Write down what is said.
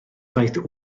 daeth